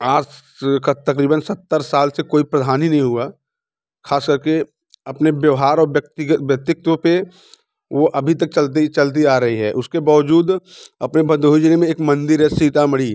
आज तकरीबन सत्तर साल से कोई प्रधान ही नहीं हुआ ख़ास करके अपने व्यवहार और व्यक्तित्व पे वो अभी तक चलते ही चलती आ रही है उसके बावजूद अपने भदोही जिले में एक मंदिर है सीतामढ़ी